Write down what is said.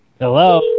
Hello